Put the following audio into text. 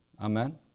Amen